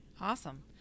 Awesome